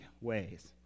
ways